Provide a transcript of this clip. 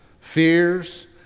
fears